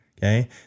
Okay